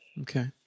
Okay